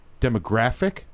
demographic